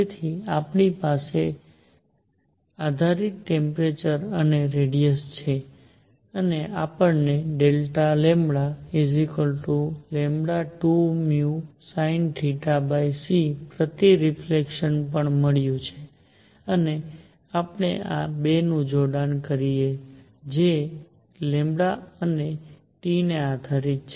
તેથી આપણી પાસે આધારિત ટેમ્પરેચર અને રેડીયસ છે અને આપણને Δλλ2vsinθc પ્રતિ રિફલેક્સન પણ મળ્યું છે અને આપણે આ 2 નું જોડાણ કરીએ જે and T ને આધારિત છે